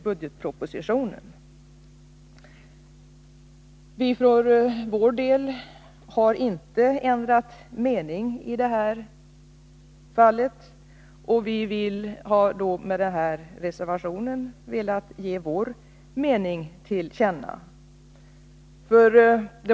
Vi har för vår del inte ändrat mening i det här fallet, och vi har med denna reservation velat ge vår mening till känna.